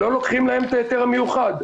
לא לוקחים להם את ההיתר המיוחד.